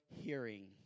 hearing